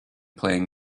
playing